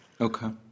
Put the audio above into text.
Okay